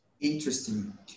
interesting